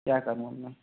क्या करूँ अब मैं